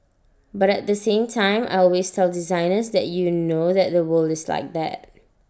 but at the same time I always tell designers that you know that the world is like that